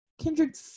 Kindred